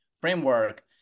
framework